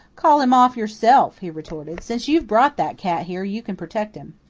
call him off yourself, he retorted. since you've brought that cat here you can protect him.